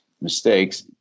mistakes